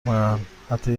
محل، حتی